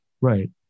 Right